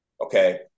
Okay